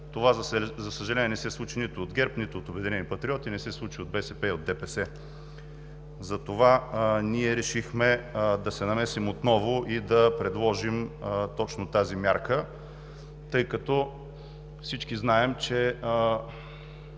Това, за съжаление, не се случи нито от ГЕРБ, нито от „Обединени патриоти“, не се случи от БСП и от ДПС. Затова ние решихме да се намесим отново и да предложим точно тази мярка, тъй като всички знаем, че